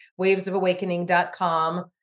wavesofawakening.com